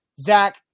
Zach